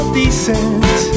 decent